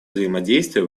взаимодействие